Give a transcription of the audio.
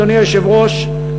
אדוני היושב-ראש,